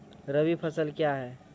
रबी फसल क्या हैं?